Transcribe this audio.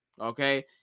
okay